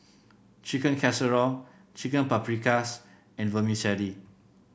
Chicken Casserole Chicken Paprikas and Vermicelli